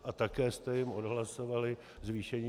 A také jste jim odhlasovali zvýšení DPH.